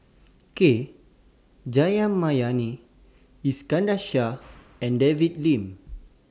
K Jayamani Iskandar Shah and David Lim